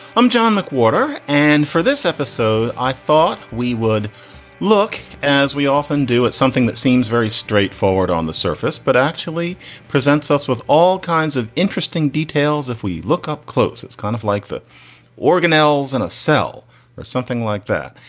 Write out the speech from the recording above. i'm john mcwhorter. and for this episode, i thought we would look, as we often do, at something that seems very straightforward on the surface, but actually presents us with all kinds of interesting details if we look up close. it's kind of like the organelles in a cell or something like that.